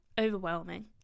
Overwhelming